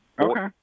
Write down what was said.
Okay